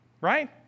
right